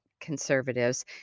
conservatives